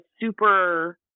super